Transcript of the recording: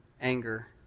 anger